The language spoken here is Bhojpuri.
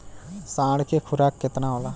साँढ़ के खुराक केतना होला?